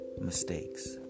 mistakes